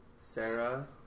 Sarah